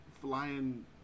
flying